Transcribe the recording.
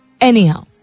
Anyhow